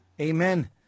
Amen